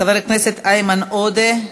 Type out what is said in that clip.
חבר הכנסת איימן עודה,